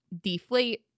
deflate